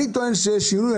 אני טוען שיש שינוי.